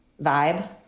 vibe